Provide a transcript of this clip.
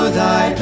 thy